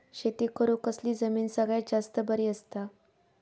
शेती करुक कसली जमीन सगळ्यात जास्त बरी असता?